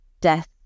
death